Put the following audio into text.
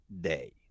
Day